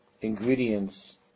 ingredients